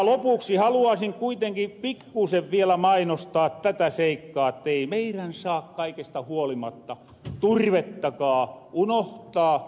lopuksi haluaisin kuitenkin pikkuusen vielä mainostaa tätä seikkaa ettei meirän saa kaikesta huolimatta turvettakaa unohtaa